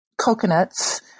coconuts